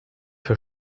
für